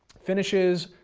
finishes,